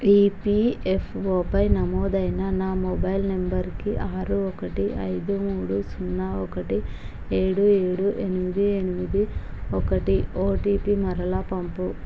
ఇపిఎఫ్ఓపై నమోదైన నా మొబైల్ నంబరుకి ఆరు ఒకటి ఐదు మూడు సున్నా ఒకటి ఏడు ఏడు ఎనిమిది ఎనిమిది ఒకటి ఓటిపి మరలా పంపుము